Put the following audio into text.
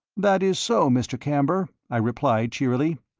that is so, mr. camber, i replied, cheerily.